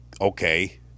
okay